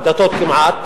כמעט,